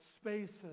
spaces